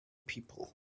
people